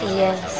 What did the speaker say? yes